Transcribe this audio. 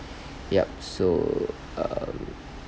yup so um